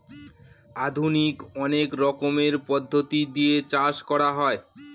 আধুনিক অনেক রকমের পদ্ধতি দিয়ে চাষ করা হয়